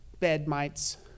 Bedmites